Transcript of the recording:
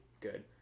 good